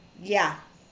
yeah